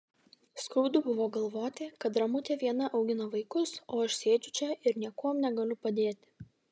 skaudu buvo galvoti kad ramutė viena augina vaikus o aš sėdžiu čia ir niekuom negaliu padėti